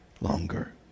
longer